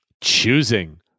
Choosing